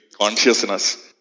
consciousness